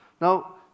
Now